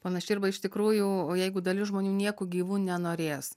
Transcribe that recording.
panašiai arba iš tikrųjų o jeigu dalis žmonių nieku gyvu nenorės